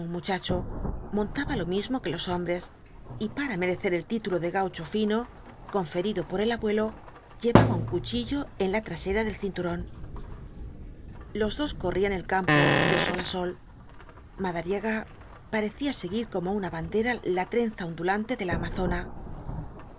muchacho montaba lo mismo que los hombres y para merecer el título de gaucho fino conferido por el abuelo llevaba un cuchillo en la trasera del cinturón los dos corrían el campo de sol á sol madariaga parecía seguir como una bandera la trenza ondulante de la amazona